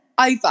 over